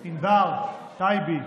ענבר, טייבי,